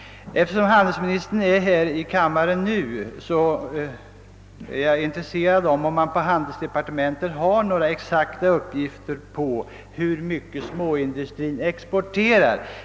Eftersom handelsministern är närvarande här i kammaren vill jag fråga, om man inom handelsdepartementet har några exakta uppgifter om hur mycket småindustrin exporterar.